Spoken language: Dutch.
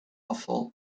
afval